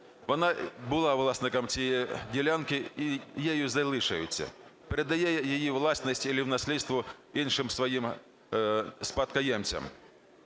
Вона була власником цієї ділянки і нею залишилася, передає її у власність чи в наслєдство іншим своїм спадкоємцям.